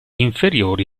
inferiori